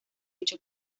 hecho